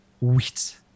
Wheat